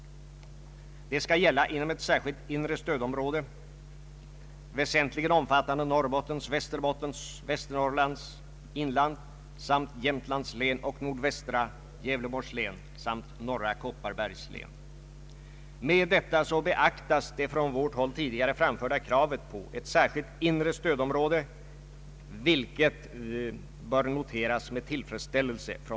Detta skall gälla inom ett särskilt inre stödområde, väsentligen omfattande Norrbottens, Västerbottens och Västernorrlands läns inland samt Jämtlands län och nordvästra Ang. regionalpolitiken Gävleborgs län samt norra Kopparbergs län. Med detta beaktas det från vårt håll tidigare framförda kravet på ett särskilt inre stödområde, vilket vi noterar med tillfredsställelse.